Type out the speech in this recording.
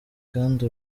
kandi